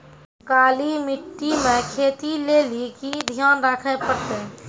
काली मिट्टी मे खेती लेली की ध्यान रखे परतै?